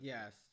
Yes